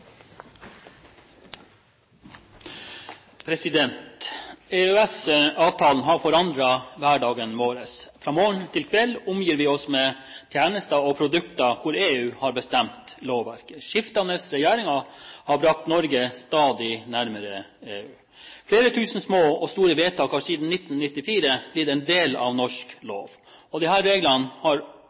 ferdigbehandlet. EØS-avtalen har forandret hverdagen vår. Fra morgen til kveld omgir vi oss med tjenester og produkter der EU har bestemt lovverket. Skiftende regjeringer har brakt Norge stadig nærmere EU. Flere tusen små og store vedtak har siden 1994 blitt en del av norsk lov. Disse reglene har